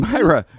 Myra